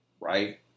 right